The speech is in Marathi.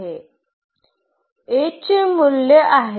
A चे मूल्य आहे